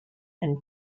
and